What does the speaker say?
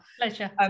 Pleasure